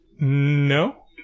No